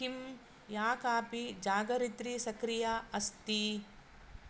किं या कापि जागरित्री सक्रिया अस्ति